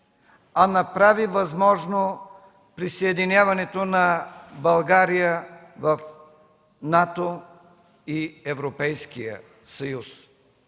а направи възможно присъединяването на България в НАТО и Европейския съюз.